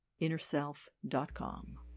InnerSelf.com